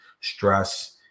stress